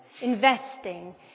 investing